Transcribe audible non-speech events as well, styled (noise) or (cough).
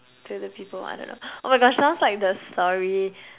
to the people I don't know (noise) oh my gosh sounds like the story